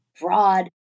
broad